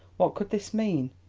what could this mean?